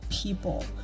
people